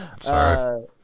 Sorry